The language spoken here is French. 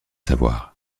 savoir